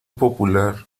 popular